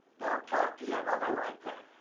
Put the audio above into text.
don't talk to your mother like that.